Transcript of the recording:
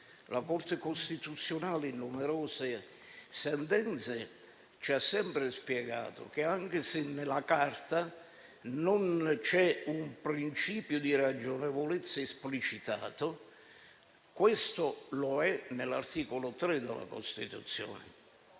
La Corte costituzionale in numerose sentenze ci ha sempre spiegato che, anche se nella Carta non c'è un principio di ragionevolezza esplicitato, esso lo è nell'articolo 3 della Costituzione.